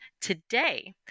Today